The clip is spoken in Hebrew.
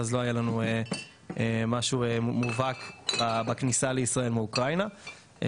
לא היה לנו משהו מובהק בכניסה לישראל מאוקראינה.